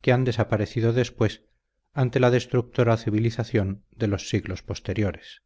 que han desaparecido después ante la destructora civilización de los siglos posteriores